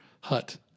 hut